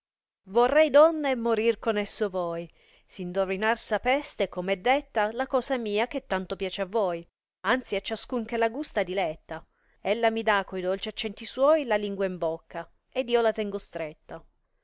vorrei donne morir con esso voi s indovinar sapeste com è detta la cosa mia che tanto piace a voi anzi a ciascun che la gusta diletta ella mi da co i dolci accenti suoi la lingua in bocca ed io la tengo stretta